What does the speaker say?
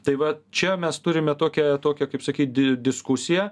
tai va čia mes turime tokią tokią kaip sakyt diskusiją